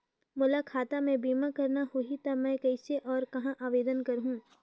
मोला खाता मे बीमा करना होहि ता मैं कइसे और कहां आवेदन करहूं?